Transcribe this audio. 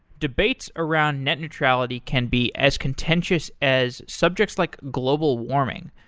debates around net neutrality can be as contentious as subjects like global warming,